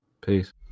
Peace